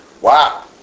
Wow